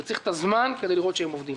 וצריך את הזמן כדי לראות שהם עובדים.